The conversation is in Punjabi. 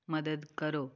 ਮਦਦ ਕਰੋ